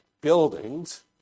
buildings